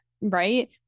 right